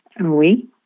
Oui